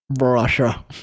Russia